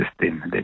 system